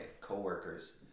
coworkers